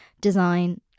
design